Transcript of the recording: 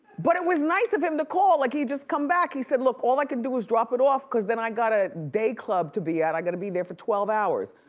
but it was nice of him to call. like, he'd just come back. he said, look, all i can do is drop it off, cause then i got a day club to be at. i gotta be there for twelve hours.